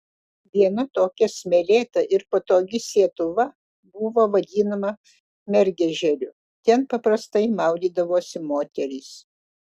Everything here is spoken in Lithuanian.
viena tokia smėlėta ir patogi sietuva buvo vadinama mergežeriu ten paprastai maudydavosi moterys